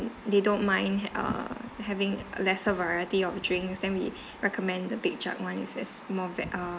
they don't mind uh having lesser variety of drinks then we recommend the big jug ones it's more uh